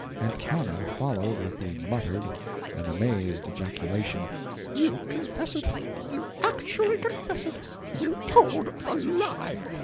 aunt hannah followed with the muttered and amazed ejaculation you confess it you actually confess it you told a lie!